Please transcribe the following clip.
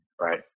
right